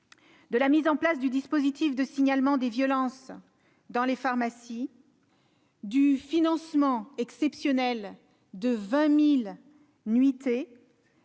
de la mise en place du dispositif de signalement des violences dans les pharmacies, du financement exceptionnel de 20 000 nuitées